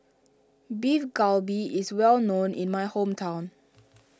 Beef Galbi is well known in my hometown